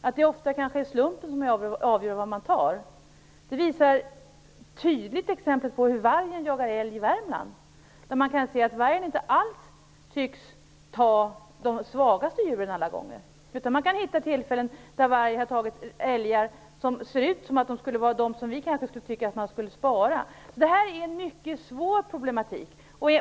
Kanske är det ofta slumpen som avgör vilka som tas ut. Ett tydligt exempel är det sätt på vilket vargar jagar älg i Värmland. Vargen tycks inte alls alla gånger ta de svagaste djuren. Vi kan se att vargar vid vissa tillfällen har tagit älgar som vi skulle tycka borde sparas. Detta är en mycket svår problematik.